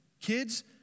Kids